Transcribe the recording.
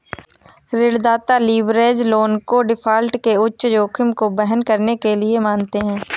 ऋणदाता leverage loan को default के उच्च जोखिम को वहन करने के लिए मानते हैं